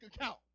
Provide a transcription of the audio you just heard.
account